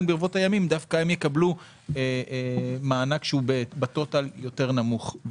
ברבות הימים דווקא הם יקבלו מענק נמוך יותר בסך הכול,